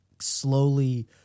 slowly